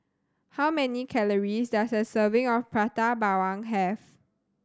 how many calories does a serving of Prata Bawang have